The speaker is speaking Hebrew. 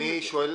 אני שואל,